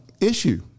issue